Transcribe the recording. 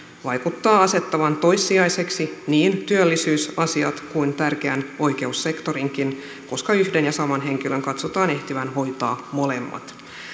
vaikuttaa asettavan toissijaiseksi niin työllisyysasiat kuin tärkeän oikeussektorinkin koska yhden ja saman henkilön katsotaan ehtivän hoitaa molemmat